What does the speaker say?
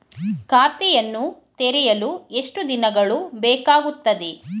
ಖಾತೆಯನ್ನು ತೆರೆಯಲು ಎಷ್ಟು ದಿನಗಳು ಬೇಕಾಗುತ್ತದೆ?